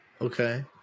Okay